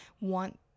want